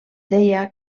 deia